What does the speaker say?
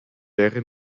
wäre